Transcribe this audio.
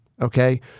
Okay